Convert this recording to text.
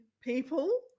people